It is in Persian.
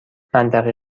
منطقه